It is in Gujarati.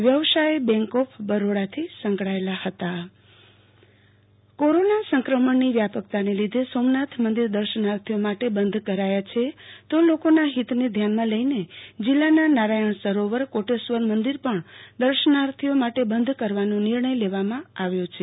વ્યવસાયે બેન્ક ઓફ બરોડાથી સંકળાયેલા હતા આરતી ભદ્દ પ્રસિધ્ધ મંદિરો બંધ કોરોના સંક્રમણની વ્યાપકતાને લીધે સોમનાથ મંદિર દર્શનાર્થીઓ માટે બંધ કરાયા છે તો લોકોના હિતને ધ્યાનમાં લઈને જિલ્લાના નારાયણ સરોવર કોટેશ્વર મંદિર પણ દર્શનાર્થીઓ માટે બંધ કરવાનો નિર્ણય લેવામાં આવ્યો છે